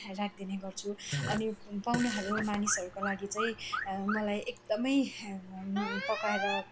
राखिदिने गर्छु अनि पाहुनाहरू मानिसहरूको लागि चाहिँ मलाई एकदमै पकाएर